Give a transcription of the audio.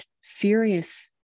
serious